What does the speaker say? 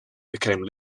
became